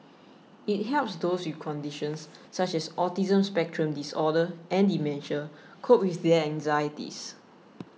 it helps those with conditions such as autism spectrum disorder and dementia cope with their anxieties